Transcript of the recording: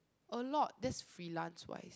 a lot that's freelance wise